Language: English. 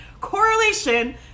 correlation